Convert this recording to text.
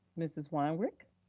mrs. weinrich?